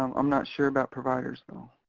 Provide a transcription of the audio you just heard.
um i'm not sure about providers, though. ah,